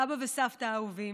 סבא וסבתא האהובים,